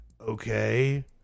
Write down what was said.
okay